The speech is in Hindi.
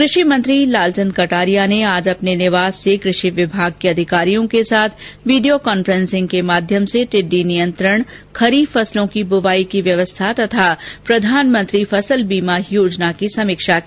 कृषि मंत्री लालचंद कटारिया ने आज अपने निवास से कृषि विभाग के अधिकारियों के साथ वीडियो कांफेसिंग के माध्यम से टिड्डी नियंत्रण खरीफ फसलों की बुवाई की व्यवस्था तथा प्रधानमंत्री फसल बीमा योजना की समीक्षा की